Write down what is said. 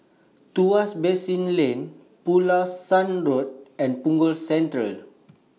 Tuas Basin Lane Pulasan Road and Punggol Central